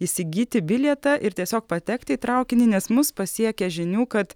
įsigyti bilietą ir tiesiog patekti į traukinį nes mus pasiekia žinių kad